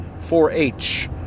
4-H